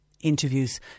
Interviews